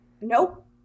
Nope